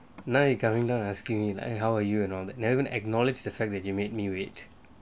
now you coming down and asking me how are you and all that never acknowledged the fact that you made me wait